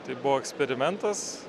tai buvo eksperimentas